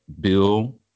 bill